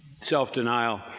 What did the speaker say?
self-denial